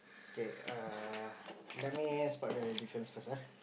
okay err let me spot the difference first ah